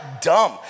dumb